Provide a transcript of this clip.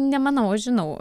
nemanau aš žinau